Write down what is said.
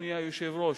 אדוני היושב-ראש,